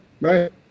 right